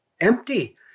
empty